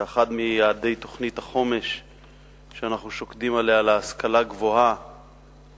שאחד מיעדי תוכנית החומש להשכלה הגבוהה